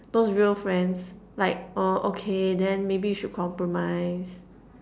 those real friends like uh okay then maybe you should compromise